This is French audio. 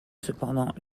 cependant